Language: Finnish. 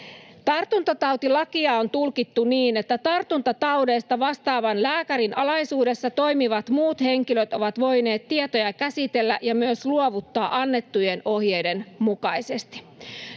Tartuntatautilakia on tulkittu niin, että tartuntataudeista vastaavan lääkärin alaisuudessa toimivat muut henkilöt ovat voineet tietoja käsitellä ja myös luovuttaa annettujen ohjeiden mukaisesti.